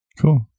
Cool